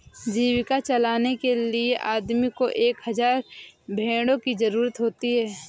जीविका चलाने के लिए आदमी को एक हज़ार भेड़ों की जरूरत होती है